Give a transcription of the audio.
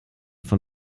von